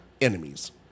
enemies